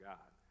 God